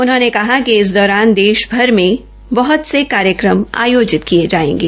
उन्होंने कहा कि इस दौरान देशभर मे बहत से कार्यक्रम आयोजित किये जायेंगे